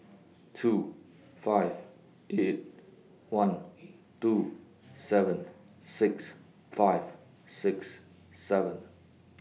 two five eight one two seven six five six seven